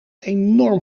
enorm